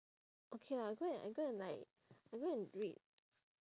okay lah go and I go and like I go and read